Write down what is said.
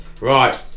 right